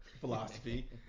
philosophy